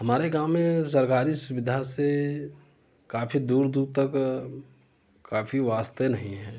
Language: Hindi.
हमारे गाँव में सरकारी सुविधा से काफ़ी दूर दूर तक काफ़ी वास्ते नहीं है